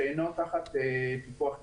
שאינו תחת פיקוח נת"ע,